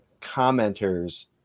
commenters